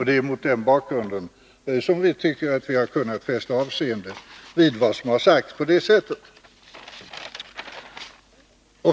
Det är mot den bakgrunden vi i utskottsmajoriteten ansett att vi kunnat fästa avseende vid vad som framförts.